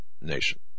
nation